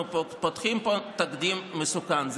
אנחנו פותחים פה תקדים מסוכן.